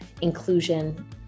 inclusion